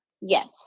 yes